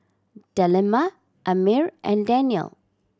Delima Ammir and Daniel